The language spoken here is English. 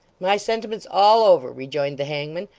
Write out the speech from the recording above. my sentiments all over rejoined the hangman.